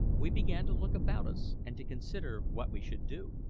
we began to look about us and to consider what we should do.